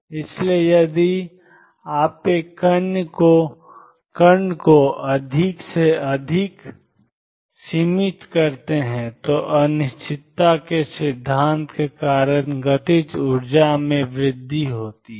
इसलिए यदि आप एक कण को अधिक से अधिक सीमित करते हैं तो अनिश्चितता के सिद्धांत के कारण गतिज ऊर्जा में वृद्धि होती है